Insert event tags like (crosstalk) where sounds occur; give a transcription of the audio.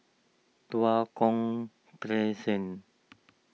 Tua Kong (unintelligible)